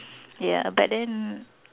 ya but then